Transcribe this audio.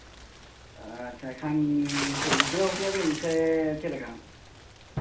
ᱟᱪᱪᱷᱟ ᱮᱠᱷᱟᱱ ᱪᱮᱫ ᱡᱤᱛᱨᱟᱹᱣ ᱦᱚᱪᱚᱭᱟᱵᱤᱱ ᱥᱮ ᱪᱮᱫ ᱞᱮᱠᱟ